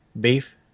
Beef